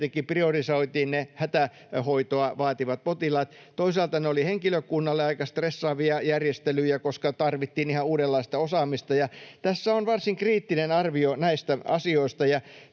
tietenkin priorisoitiin ne hätähoitoa vaativat potilaat. Toisaalta ne olivat henkilökunnalle aika stressaavia järjestelyjä, koska tarvittiin ihan uudenlaista osaamista, ja tässä on varsin kriittinen arvio näistä asioista.